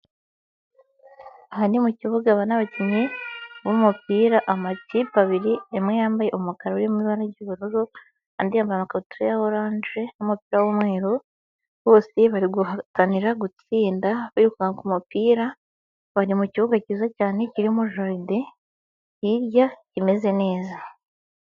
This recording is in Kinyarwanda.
Aha ni mu kibuga, aba ni abakinnyi b'umupira amakipe abiri, imwe yambaye umukara uri mu ibara ry'ubururu, andi yambaye amakabutura ya orange n'umupira w'umweru, bose bari guhatanira gutsinda, birukanka ku mupira, bari mu kibuga cyiza cyane, kirimo jaride hirya, imeze neza.